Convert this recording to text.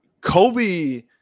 Kobe